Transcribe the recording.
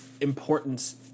importance